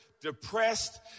depressed